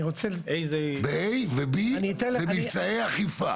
ו-B במבצעי אכיפה?